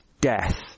death